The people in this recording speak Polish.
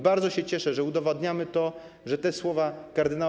Bardzo się cieszę, że udowadniamy to, że te słowa kard.